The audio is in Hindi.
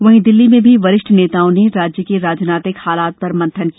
वहीं दिल्ली में भी वरिष्ठ नेताओं ने राज्य के राज्नीतिक हालात पर मंथन किया